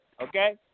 Okay